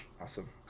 Awesome